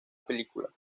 película